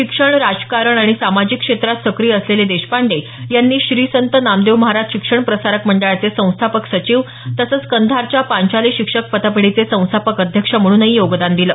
शिक्षण राजकारण आणि सामाजिक क्षेत्रात सक्रिय असलेले देशपांडे यांनी श्री संत नामदेव महाराज शिक्षण प्रसारक मंडळाचे संस्थापक सचिव तसंच कंधारच्या पांचाली शिक्षक पतपेढीचे संस्थापक अध्यक्ष म्हणूनही योगदान दिलं